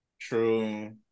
true